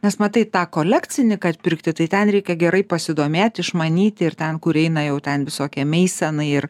nes matai tą kolekcinį kad pirkti tai ten reikia gerai pasidomėt išmanyt ir ten kur eina jau ten visokie meisenai ir